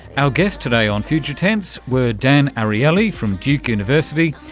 our guests today on future tense were dan ariely, from duke university,